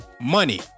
money